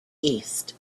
east